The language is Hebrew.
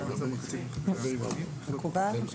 מקובל?